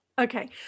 Okay